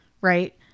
right